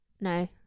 no